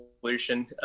solution